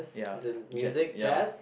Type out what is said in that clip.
ya jet ya